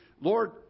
Lord